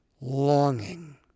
longing